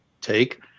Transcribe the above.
take